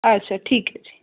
अच्छा ठीक ऐ जी